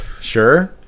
sure